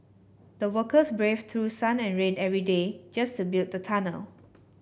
the workers braved through sun and rain every day just to build the tunnel